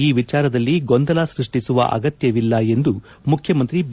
ಈ ವಿಚಾರದಲ್ಲಿ ಗೊಂದಲ ಸೃಷ್ಟಿಸುವ ಅಗತ್ನವಿಲ್ಲ ಎಂದು ಮುಖ್ಯಮಂತ್ರಿ ಬಿ